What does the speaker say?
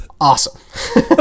awesome